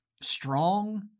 strong